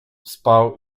spał